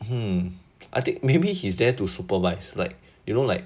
um I think maybe he's there to supervise like you know like